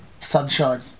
sunshine